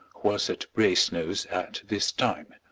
who was at brasenose at this time.